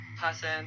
person